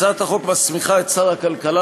הצעת החוק מסמיכה את שר הכלכלה,